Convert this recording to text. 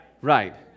Right